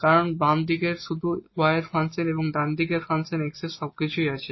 কারণ বাম হাতের দিকে শুধু y এর ফাংশন এবং ডান দিকের ফাংশন x এর সবকিছু আছে